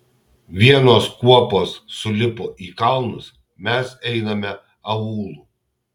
vienos kuopos sulipo į kalnus mes einame aūlu